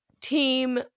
team